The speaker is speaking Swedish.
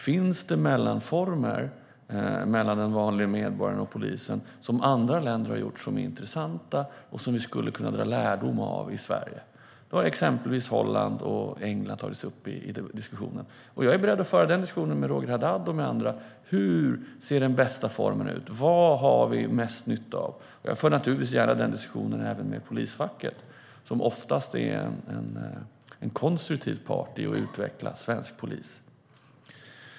Finns det mellanformer mellan den vanliga medborgaren och polisen som andra länder har, som är intressanta och som vi skulle kunna dra lärdom av i Sverige - till exempel England och Holland har tagits upp i diskussionen - är jag beredd att föra den diskussionen med Roger Haddad och andra. Hur ser den bästa formen ut? Vad har vi mest nytta av? Jag för naturligtvis gärna den diskussionen även med polisfacket, som oftast är en konstruktiv part i att utveckla svensk polis.